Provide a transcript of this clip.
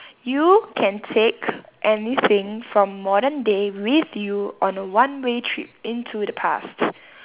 you can take anything from modern day with you on a one way trip into the past